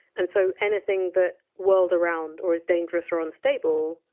and so anything that whirled around, or is dangerous or unstable,